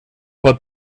but